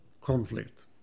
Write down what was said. conflict